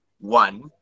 One